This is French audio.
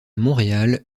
montréal